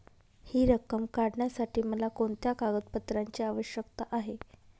हि रक्कम काढण्यासाठी मला कोणत्या कागदपत्रांची आवश्यकता आहे?